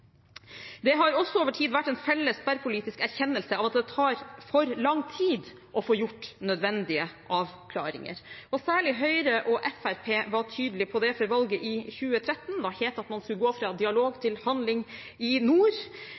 Det har også over tid vært en felles tverrpolitisk erkjennelse av at det tar for lang tid å få gjort nødvendige avklaringer. Særlig Høyre og Fremskrittspartiet var tydelige på det før valget i 2013. Da het det at man skulle gå fra dialog til handling i nord.